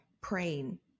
praying